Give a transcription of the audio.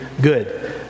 good